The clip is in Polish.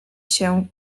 się